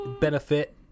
benefit